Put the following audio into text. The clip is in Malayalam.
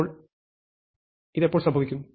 ഇത് എപ്പോൾ സംഭവിക്കും